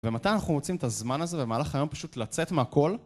ומתי אנחנו מוצאים את הזמן הזה במהלך היום פשוט לצאת מהכל?